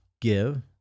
Give